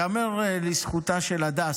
ייאמר לזכותה של הדס,